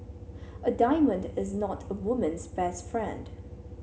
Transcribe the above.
a diamond is not a woman's best friend